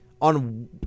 on